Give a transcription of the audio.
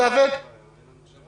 בגלל המצב